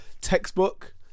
textbook